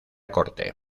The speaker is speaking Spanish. corte